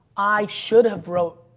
i should have wrote,